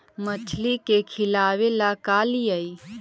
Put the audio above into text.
मछली के खिलाबे ल का लिअइ?